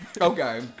Okay